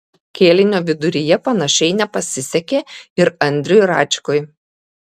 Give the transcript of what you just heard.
kėlinio viduryje panašiai nepasisekė ir andriui račkui